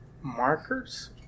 markers